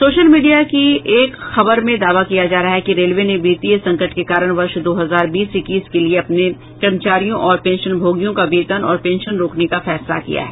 social media की एक खबर में दावा किया जा रहा है कि रेलवे ने वित्तीय संकट के कारण वर्ष दो हजार बीस इक्कीस के लिए अपने कर्मचारियों और पेंशवभोगियों का वेतन और पेंशन रोकने का फैसला किया है